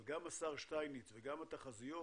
גם השר שטייניץ וגם התחזיות